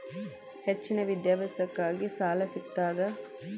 ಹೆಚ್ಚಿನ ವಿದ್ಯಾಭ್ಯಾಸಕ್ಕ ಸಾಲಾ ಸಿಗ್ತದಾ?